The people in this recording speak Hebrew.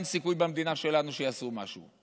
אין סיכוי במדינה שלנו שיעשו משהו.